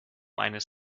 eines